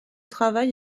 travail